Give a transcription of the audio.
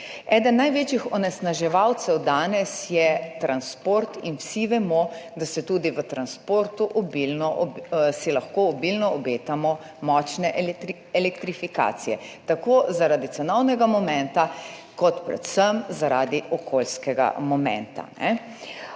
Eden največjih onesnaževalcev danes je transport in vsi vemo, da si lahko tudi v transportu obetamo obilne, močne elektrifikacije, tako zaradi cenovnega momenta, predvsem pa zaradi okoljskega momenta.